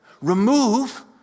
remove